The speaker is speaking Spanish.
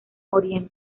oriente